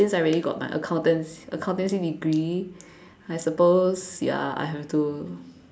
like really got my accountancy accountancy degree I suppose ya I have to